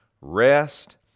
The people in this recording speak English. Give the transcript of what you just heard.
rest